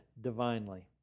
divinely